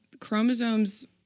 chromosomes